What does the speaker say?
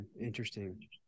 Interesting